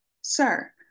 sir